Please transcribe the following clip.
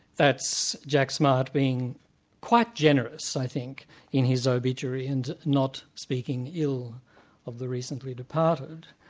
that's jack smart being quite generous i think in his obituary and not speaking ill of the recently-departed.